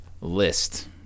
list